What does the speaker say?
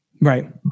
Right